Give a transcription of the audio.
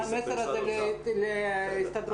אני אעביר את המסר להסתדרות הרופאים.